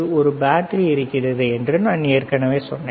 ஒரு பேட்டரி இருக்கிறது என்று நான் ஏற்கனவே சொன்னேன்